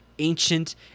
ancient